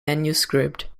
manuscript